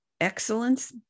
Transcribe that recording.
excellence